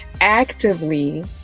actively